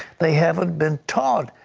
they haven't been taught,